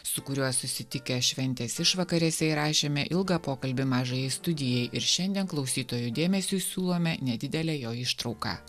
su kuriuo susitikę šventės išvakarėse įrašėme ilgą pokalbį mažajai studijai ir šiandien klausytojų dėmesiui siūlome nedidelę jo ištrauką